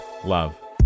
Love